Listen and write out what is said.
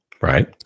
Right